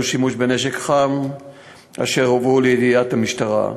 שימוש בנשק חם אשר הובאו לידיעת המשטרה.